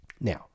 Now